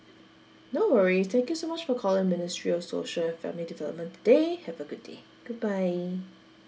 no worries thank you so much for calling ministry of social family today have a good day goodbye